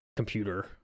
Computer